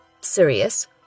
Sirius